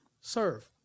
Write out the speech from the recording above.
serve